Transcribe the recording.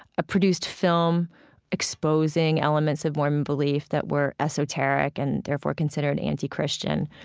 a produced film exposing elements of mormon belief that were esoteric and therefore considered anti-christian.